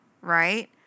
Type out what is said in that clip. right